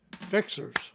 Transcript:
fixers